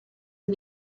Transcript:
and